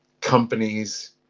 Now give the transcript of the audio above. Companies